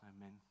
Amen